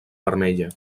vermella